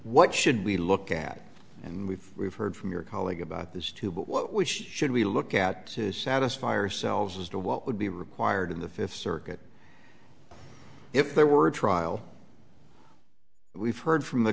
what should we look at and we've we've heard from your colleague about this too but what we should we look at this satisfy ourselves as to what would be required in the fifth circuit if there were a trial we've heard from the